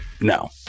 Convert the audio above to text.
No